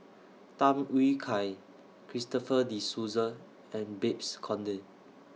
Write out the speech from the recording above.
Tham Yui Kai Christopher De Souza and Babes Conde